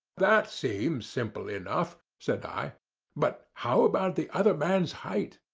that seems simple enough, said i but how about the other man's height?